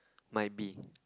might be